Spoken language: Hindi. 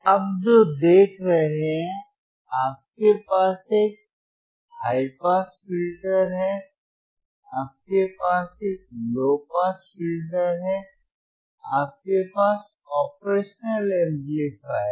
आप जो देख रहे हैं आपके पास एक हाई पास फिल्टर है आपके पास एक लो पास फिल्टर है आपके पास ऑपरेशनल एम्पलीफायर है